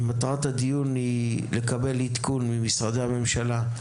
מטרת הדיון היא לקבל עדכון ממשרדי הממשלה על